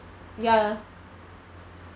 ya